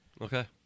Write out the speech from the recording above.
Okay